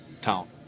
town